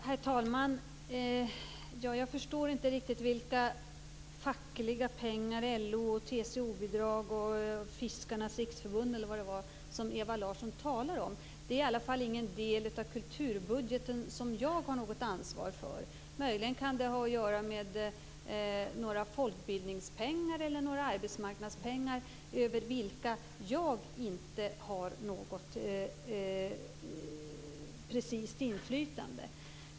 Herr talman! Jag förstår inte riktigt vilka fackliga pengar till LO, TCO och Sveriges fiskares riksförbund som Ewa Larsson talar om. Det är i alla fall ingen del av kulturbudgeten som jag har något ansvar för. Möjligen kan det ha att göra med några folkbildningspengar eller arbetsmarknadspengar över vilka jag inte har något precist inflytande.